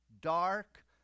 dark